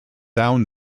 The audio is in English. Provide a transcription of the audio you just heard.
down